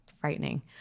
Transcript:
frightening